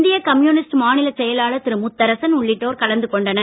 இந்திய கம்யூனிஸ் மாநில செயலாளர் திரு முத்தரசன் உள்ளிட்டோர் கலந்து கொண்டனர்